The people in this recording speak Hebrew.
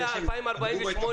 אני